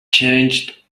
changed